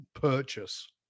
purchase